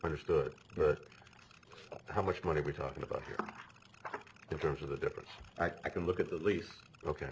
understood but how much money we're talking about the terms of the difference i can look at the lease ok